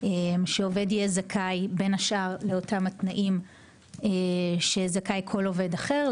שעובד יהיה זכאי בין השאר לאותם התנאים שזכאי כל עובד אחר,